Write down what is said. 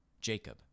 Jacob